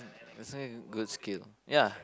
but also need good skill ya